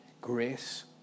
grace